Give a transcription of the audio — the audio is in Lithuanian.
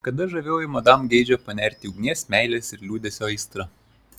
kada žavioji madam geidžia panerti į ugnies meilės ir liūdesio aistrą